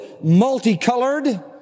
multicolored